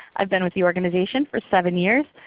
i've been with the organization for seven years.